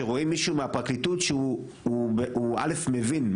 שרואים מישהו מהפרקליטות שהוא מבין על